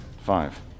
Five